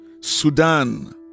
sudan